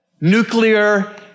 nuclear